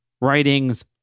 writings